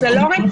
זה לא רציני.